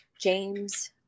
james